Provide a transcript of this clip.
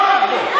מה הולך פה?